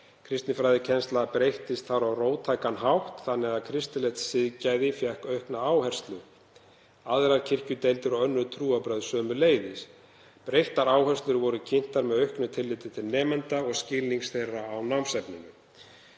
Kristinfræðikennsla breyttist þar á róttækan hátt þannig að kristilegt siðgæði fékk aukna áherslu, aðrar kirkjudeildir og önnur trúarbrögð sömuleiðis. Breyttar áherslur voru kynntar, með auknu tilliti til nemenda og skilnings þeirra á námsefninu.